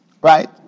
Right